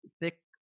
thick